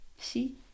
see